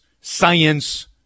science